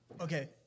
Okay